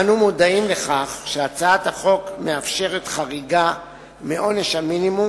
אנו מודעים לכך שהצעת החוק מאפשרת חריגה מעונש המינימום